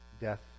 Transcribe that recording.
death